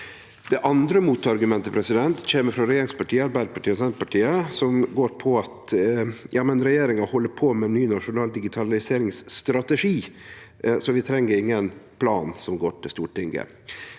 Det andre motargumentet kjem frå regjeringspartia, Arbeidarpartiet og Senterpartiet, og går ut på at regjeringa held på med ein ny nasjonal digitaliseringsstrategi, så vi treng ingen plan som går til Stortinget.